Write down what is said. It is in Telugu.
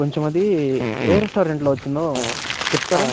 కొంచెం అది ఏ రెస్టారెంట్లో వచ్చిందో చెప్తారా